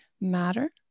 matter